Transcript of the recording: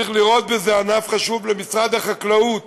צריך לראות בזה ענף חשוב למשרד החקלאות,